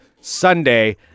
Sunday